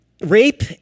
rape